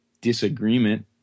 disagreement